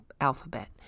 alphabet